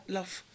Love